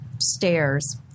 stairs